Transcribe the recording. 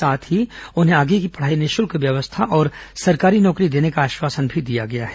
साथ ही उन्हें आगे की पढाई की निःशल्क व्यवस्था और सरकारी नौकरी देने का आश्वासन भी दिया गया है